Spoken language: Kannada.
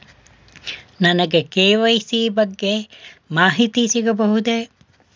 ನನಗೆ ಕೆ.ವೈ.ಸಿ ಬಗ್ಗೆ ಮಾಹಿತಿ ಸಿಗಬಹುದೇ?